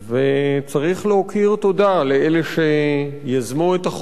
וצריך להכיר תודה לאלה שיזמו את החוק